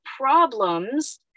problems